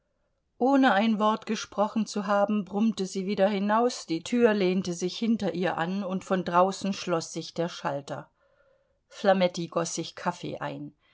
ohne ein wort gesprochen zu haben brummte sie wieder hinaus die tür lehnte sich hinter ihr an und von draußen schloß sich der schalter flametti goß sich kaffee ein